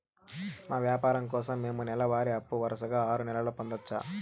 మా వ్యాపారం కోసం మేము నెల వారి అప్పు వరుసగా ఆరు నెలలు పొందొచ్చా?